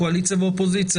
קואליציה ואופוזיציה,